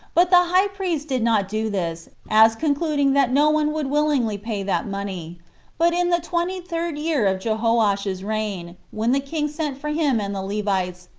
but the high priest did not do this, as concluding that no one would willingly pay that money but in the twenty-third year of jehoash's reign, when the king sent for him and the levites,